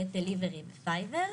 Gett Delivery ופייבר.